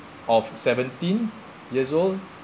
of seventeen years old